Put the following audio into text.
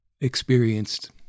experienced